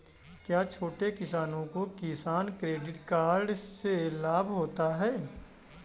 क्या छोटे किसानों को किसान क्रेडिट कार्ड से लाभ होगा?